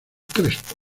crespo